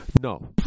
no